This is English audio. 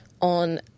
on